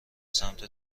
سمت